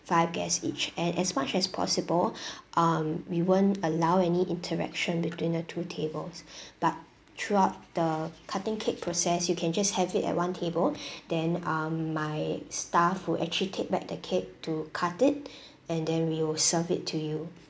five guests each and as much as possible um we won't allow any interaction between the two tables but throughout the cutting cake process you can just have it at one table then um my staff will actually take back the cake to cut it and then we'll serve it to you